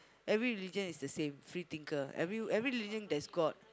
every religion is the same free-thinker every every religion there's God